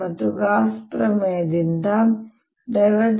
ಮತ್ತು ಗೌಸ್ ಪ್ರಮೇಯದಿಂದ ಇದು